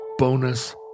Bonus